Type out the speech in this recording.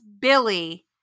Billy